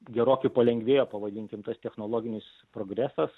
gerokai palengvėjo pavadinkim tas technologinis progresas